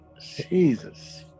Jesus